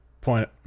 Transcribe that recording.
point